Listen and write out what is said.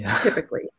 typically